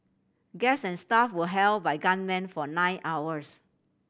guests and staff were held by gunmen for nine hours